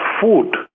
food